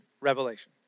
Revelation